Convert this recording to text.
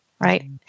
right